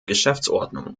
geschäftsordnung